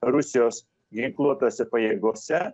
rusijos ginkluotose pajėgose